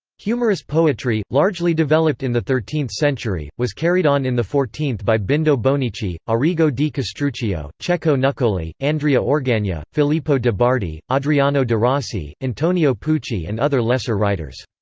humorous poetry, largely developed in the thirteenth century, was carried on in the fourteenth by bindo bonichi, arrigo di castruccio, cecco nuccoli, andrea orgagna, filippo de bardi, adriano de rossi, antonio pucci and other lesser writers.